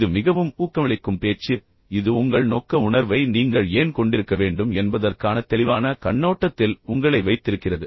இது மிகவும் ஊக்கமளிக்கும் பேச்சு இது உங்கள் நோக்க உணர்வை நீங்கள் ஏன் கொண்டிருக்க வேண்டும் என்பதற்கான தெளிவான கண்ணோட்டத்தில் உங்களை வைத்திருக்கிறது